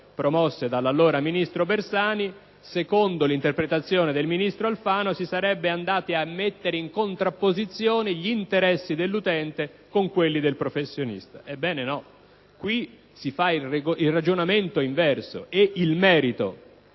promosse dall'allora ministro Bersani, secondo l'interpretazione del ministro Alfano si sarebbe andati a mettere in contrapposizione gli interessi dell'utente con quelli del professionista. Ebbene, no: qui si fa il ragionamento inverso, ed il merito,